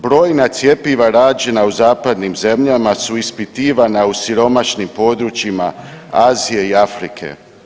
Brojna cjepiva rađena u zapadnim zemljama su ispitivana u siromašnim područjima Azije i Afrike.